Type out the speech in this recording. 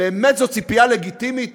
באמת, זאת ציפייה לגיטימית